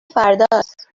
فرداست